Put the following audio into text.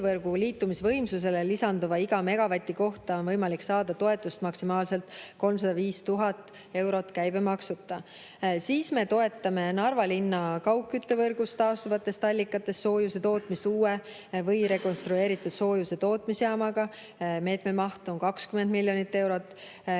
liitumisvõimsusele lisanduva iga megavati kohta on võimalik saada toetust maksimaalselt 305 000 eurot käibemaksuta. Me toetame Narva linna kaugküttevõrgus taastuvatest allikatest soojuse tootmist uue või rekonstrueeritud soojustootmisjaamaga. Meetme maht on 20 miljonit eurot.